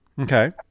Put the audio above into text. Okay